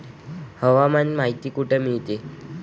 हवामान माहिती कुठे मिळते?